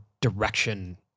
direction